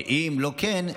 שאם לא כן,